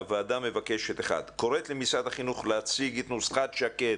הוועדה קוראת למשרד החינוך להציג את נוסחת שקד